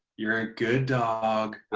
you're a good dog.